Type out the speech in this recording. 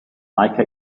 like